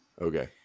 Okay